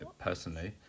personally